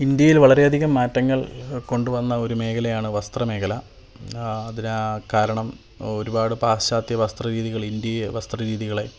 ഇൻഡ്യയിൽ വളരെയധികം മാറ്റങ്ങൾ കൊണ്ട് വന്ന ഒരു മേഖലയാണ് വസ്ത്ര മേഖല അതിന് കാരണം ഒരു പാട് പാശ്ചാത്യ വസ്ത്ര രീതികൾ ഇന്ത്യയെ വസ്ത്രരീതികളെ